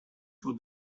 would